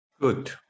Good